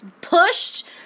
pushed